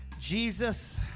Jesus